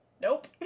nope